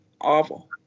awful